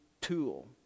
tool